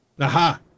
Aha